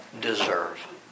deserve